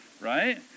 Right